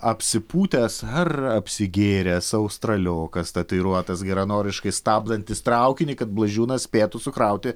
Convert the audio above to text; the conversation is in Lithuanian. apsipūtęs ar apsigėręs australiokas tatuiruotas geranoriškai stabdantis traukinį kad blažiūnas spėtų sukrauti